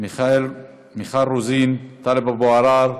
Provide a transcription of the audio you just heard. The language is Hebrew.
מיכל רוזין, טלב אבו עראר,